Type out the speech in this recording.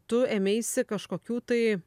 tu ėmeisi kažkokių tai